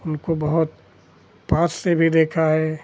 उनको बहुत पास से भी देखा है